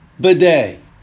bidet